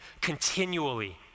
continually